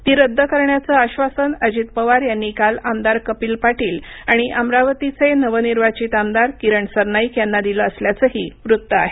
ती रद्द करण्याचं आश्वासन अजित पवार यांनी काल आमदार कपिल पाटील आणि अमरावतीचे नवनिर्वाचित आमदार किरण सरनाईक यांना दिलं असल्याचंही वृत्त आहे